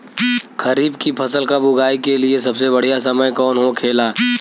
खरीफ की फसल कब उगाई के लिए सबसे बढ़ियां समय कौन हो खेला?